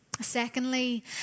Secondly